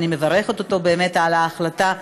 ואני מברכת אותו באמת על ההחלטה,